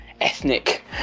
ethnic